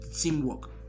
teamwork